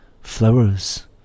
Flowers